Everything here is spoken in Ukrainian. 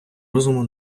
розуму